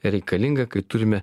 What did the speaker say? reikalinga kai turime